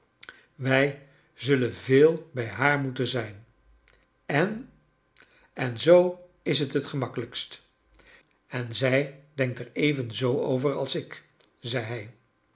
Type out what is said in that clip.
wij zullen veel bij haar moeten zijn en en zoo is het t gemakkelijkst en zij denkt er evenzoo over als ik zei